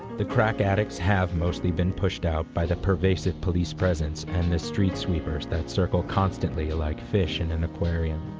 the crack addicts have mostly been pushed out by the pervasive police presence and the street sweepers that circle constantly like fish in an aquarium.